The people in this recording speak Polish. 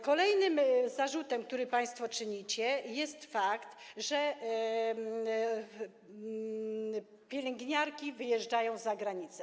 Kolejnym zarzutem, który państwo czynicie, jest to, że pielęgniarki wyjeżdżają za granicę.